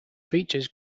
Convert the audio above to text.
features